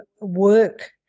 work